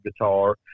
guitar